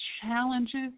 challenges